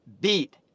beat